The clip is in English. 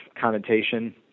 connotation